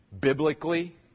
biblically